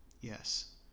yes